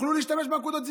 תשים את זה בתא משפחתי,